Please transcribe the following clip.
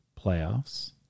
playoffs